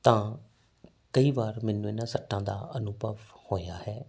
ਤਾਂ ਕਈ ਵਾਰ ਮੈਨੂੰ ਇਨਾ ਸੱਟਾਂ ਦਾ ਅਨੁਭਵ ਹੋਇਆ ਹੈ